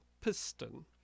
piston